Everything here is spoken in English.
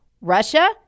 Russia